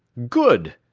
good!